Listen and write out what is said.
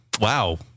wow